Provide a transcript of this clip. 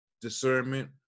discernment